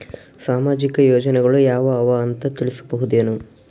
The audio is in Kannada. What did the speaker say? ಸಾಮಾಜಿಕ ಯೋಜನೆಗಳು ಯಾವ ಅವ ಅಂತ ತಿಳಸಬಹುದೇನು?